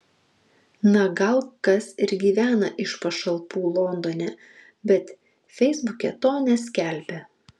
na gal kas ir gyvena iš pašalpų londone bet feisbuke to neskelbia